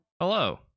hello